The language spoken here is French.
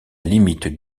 limite